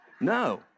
No